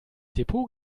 depot